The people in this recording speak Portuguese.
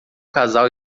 casal